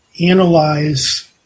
analyze